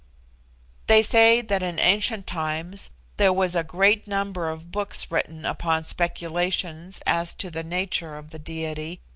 they say that in ancient times there was a great number of books written upon speculations as to the nature of the diety,